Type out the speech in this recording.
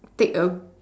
take A